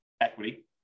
equity